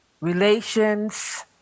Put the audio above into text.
relations